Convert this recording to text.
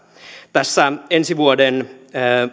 tässä ensi vuoden